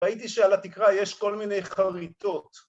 ‫ראיתי שעל התקרה יש כל מיני חריטות.